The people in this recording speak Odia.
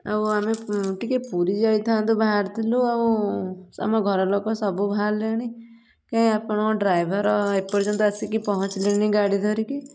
ଆଉ ଆମେ ଟିକେ ପୁରୀ ଯାଇଥାନ୍ତୁ ବାହାରିଥିଲୁ ଆଉ ଆମ ଘରଲୋକ ସବୁ ବାହାରିଲେଣି କାଇଁ ଆପଣଙ୍କ ଡ୍ରାଇଭର ଏପର୍ଯ୍ୟନ୍ତ ଆସିକି ପହଞ୍ଚିଲେନି ଗାଡ଼ି ଧରିକି